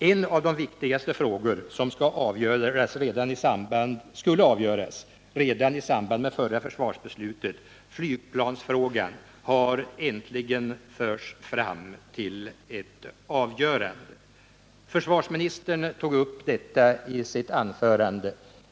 En av de viktigaste frågor som skulle ha avgjorts redan i samband med förra försvarsbeslutet — flygplansfrågan — har äntligen förts fram till ett avgörande. Försvarsministern tog upp detta i sitt anförande.